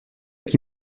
qui